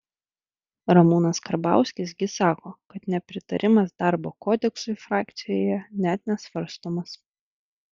ramūnas karbauskis gi sako kad nepritarimas darbo kodeksui frakcijoje net nesvarstomas